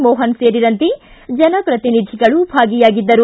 ಮೋಹನ್ ಸೇರಿದಂತೆ ಜನಪ್ರತಿನಿಧಿಗಳು ಭಾಗಿಯಾಗಿದ್ದರು